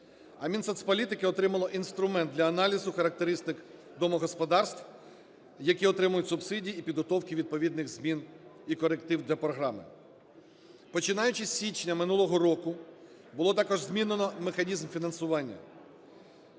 а Мінсоцполітики отримало інструмент для аналізу характеристик домогосподарств, які отримують субсидії, і підготовки відповідних змін і коректив для програми. Починаючи з січня минулого року, було також змінено механізм фінансування.